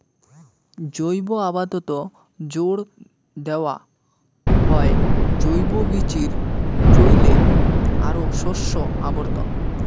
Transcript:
জৈব আবাদত জোর দ্যাওয়া হয় জৈব বীচির চইলে আর শস্য আবর্তন